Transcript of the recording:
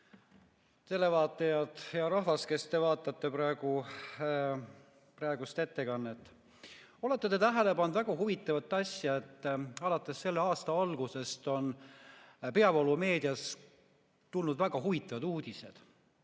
televaatajad, hea rahvas, kes te vaatate praegust ettekannet! Olete te tähele pannud väga huvitavat asja, et alates selle aasta algusest on peavoolumeediast tulnud väga huvitavaid uudiseid?